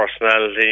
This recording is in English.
personality